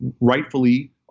rightfully